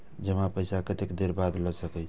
जमा पैसा कतेक देर बाद ला सके छी?